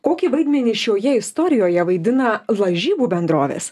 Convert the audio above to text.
kokį vaidmenį šioje istorijoje vaidina lažybų bendrovės